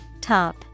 Top